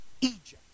Egypt